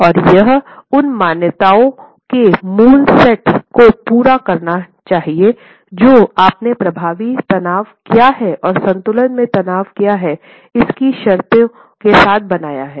और यह उन मान्यताओं के मूल सेट को पूरा करना चाहिए जो आपने प्रभावी तनाव क्या है और संतुलन से तनाव क्या है इसकी शर्तें के साथ बनाए हैं